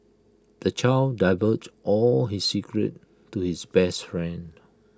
the child divulged all his secrets to his best friend